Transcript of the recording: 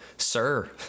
Sir